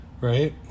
right